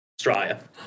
Australia